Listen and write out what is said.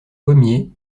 pommier